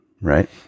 right